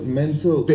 mental